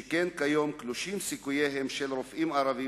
שכן כיום קלושים סיכוייהם של רופאים ערבים